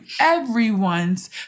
everyone's